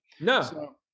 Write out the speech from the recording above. No